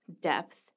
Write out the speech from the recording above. depth